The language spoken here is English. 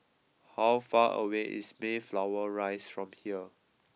how far away is Mayflower Rise from here